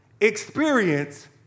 experience